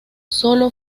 sólo